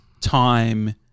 time